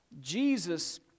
jesus